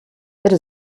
bitte